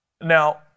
Now